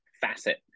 facet